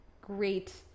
great